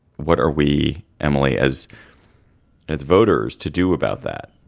what are we. emily, as as voters to do about that?